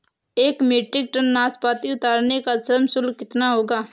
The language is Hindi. एक मीट्रिक टन नाशपाती उतारने का श्रम शुल्क कितना होगा?